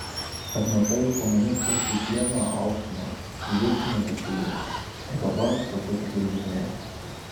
kad matai komunistai kaip biedną aukštino į viršininkus siūlė o dabar tokius atleidinėja